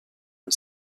une